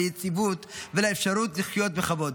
ליציבות ולאפשרות לחיות בכבוד.